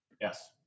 Yes